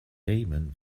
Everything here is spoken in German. damon